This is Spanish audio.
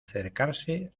acercarse